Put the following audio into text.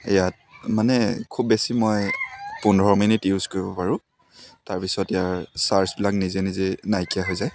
ইয়াত মানে খুব বেছি মই পোন্ধৰ মিনিট ইউজ কৰিব পাৰোঁ তাৰপিছত ইয়াৰ চাৰ্জবিলাক নিজে নিজে নাইকিয়া হৈ যায়